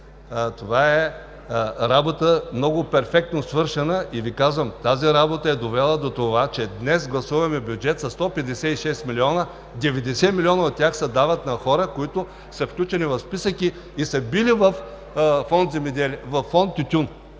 е работа много перфектно свършена. Казвам Ви, че тази работа е довела до това, че днес гласуваме бюджет 156 милиона, като 90 милиона от тях се дават на хора, които са включени в списък и са били във фонд „Тютюн“.